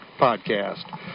Podcast